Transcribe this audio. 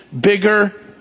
bigger